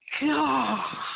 God